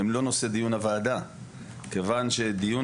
הם לא נושא דיון הוועדה כיוון שדיון